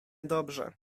dobrze